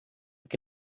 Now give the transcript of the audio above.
que